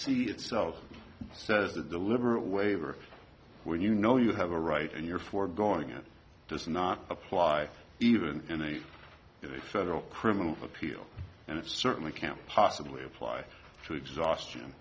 see itself says a deliberate waiver when you know you have a right and you're foregoing it does not apply even in a federal criminal appeal and it certainly can't possibly apply to exhaustion